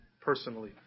personally